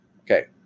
Okay